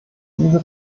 diese